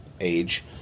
age